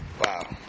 Wow